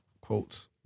quotes